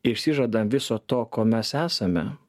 išsižadam viso to ko mes esame